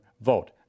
vote